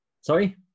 Sorry